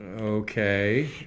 Okay